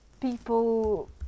people